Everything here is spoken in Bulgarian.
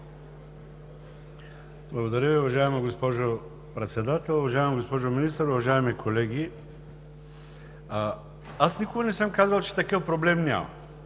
Благодаря Ви. Уважаема госпожо Председател, уважаема госпожо Министър, уважаеми колеги! Аз никога не съм казвал, че такъв проблем няма.